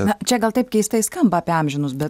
na čia gal taip keistai skamba apie amžinus be